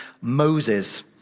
Moses